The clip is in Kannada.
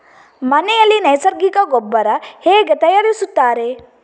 ಮನೆಯಲ್ಲಿ ನೈಸರ್ಗಿಕ ಗೊಬ್ಬರ ಹೇಗೆ ತಯಾರಿಸುತ್ತಾರೆ?